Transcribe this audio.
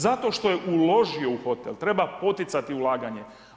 Zato što je uložio u hotel, treba poticati ulaganje.